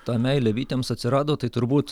ta meilė bitėms atsirado tai turbūt